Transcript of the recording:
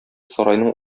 сарайның